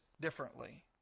differently